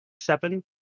seven